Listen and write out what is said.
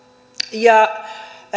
ja